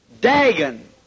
Dagon